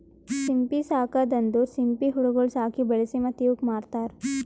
ಸಿಂಪಿ ಸಾಕದ್ ಅಂದುರ್ ಸಿಂಪಿ ಹುಳಗೊಳ್ ಸಾಕಿ, ಬೆಳಿಸಿ ಮತ್ತ ಇವುಕ್ ಮಾರ್ತಾರ್